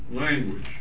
language